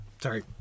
Sorry